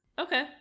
Okay